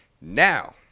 Now